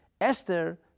Esther